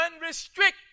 unrestricted